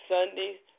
Sundays